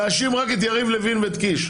מספיק להאשים רק את יריב לוין ואת קיש.